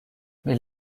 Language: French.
mais